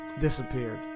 disappeared